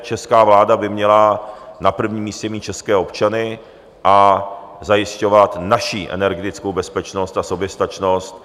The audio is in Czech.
Česká vláda by měla na prvním místě mít české občany a zajišťovat naši energetickou bezpečnost a soběstačnost.